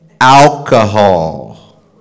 alcohol